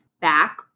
back